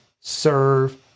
serve